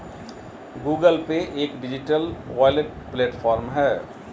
Google pay एक digital wallet platform है